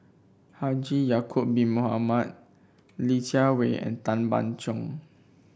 Haji Ya'acob Bin Mohamed Li Jiawei and Tan Ban Soon